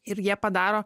ir jie padaro